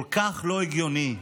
כל כך לא הגיוני,